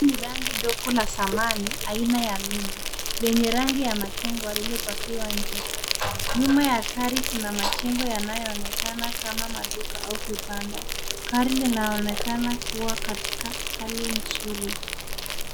Hili ni gari dogo la zamani aina ya mini yenye rangi ya machungwa lililopakiwa nje. Nyuma ya gari kuna majengo yanayoonekana kama maduka au vibanda. Gari linaonekana kuwa katika hali nzuri.